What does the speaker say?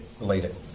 related